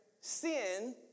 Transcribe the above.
sin